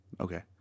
Okay